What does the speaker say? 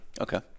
Okay